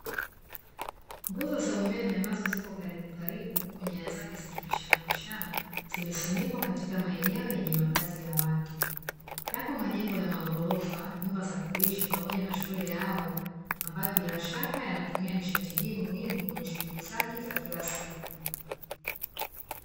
Nguzo za umeme ambazo ziko karibukaribu, nyaya zake zikipishanapishana, zimesimikwa katika maeneo yenye makazi ya watu. Yapo majengo ya maghorofa, nyumba za kuishi pamoja na shule ya awali, ambayo bila shaka yanatumia nishati hii muhimu kwenye shughuli zake za kila siku.